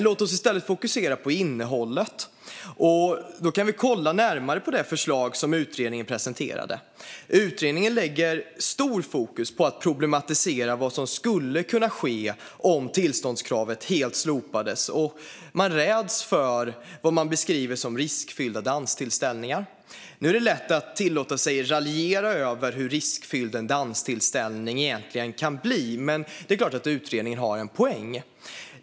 Låt oss i stället fokusera på innehållet och titta närmare på det förslag som utredningen presenterade. Utredningen har stort fokus på att problematisera vad som skulle kunna ske om tillståndskravet helt slopas och räds vad man beskriver som riskfyllda danstillställningar. Det är lätt att tillåta sig att raljera över hur riskfylld en danstillställning egentligen kan bli, men det är klart att utredningen har en poäng.